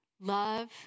love